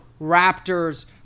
Raptors